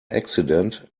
accident